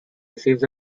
receives